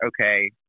okay